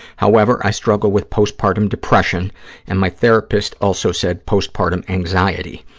however, i struggle with postpartum depression and my therapist also said postpartum anxiety.